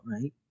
right